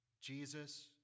Jesus